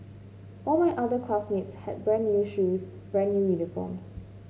all my other classmates had brand new shoes brand new uniforms